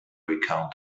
recount